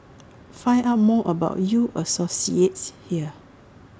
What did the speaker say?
find out more about U associates here